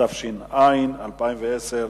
התש"ע 2010,